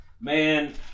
Man